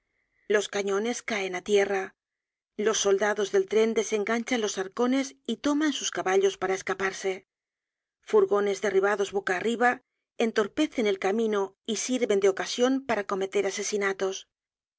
los cañones caen á tierra los soldados del tren desenganchan los arcones y toman sus caballos para escaparse furgones derribados boca arriba entorpecen el camino y sirven de ocasion para cometer asesinatos